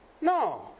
No